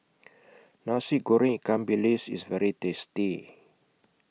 Nasi Goreng Ikan Bilis IS very tasty